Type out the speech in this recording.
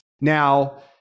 now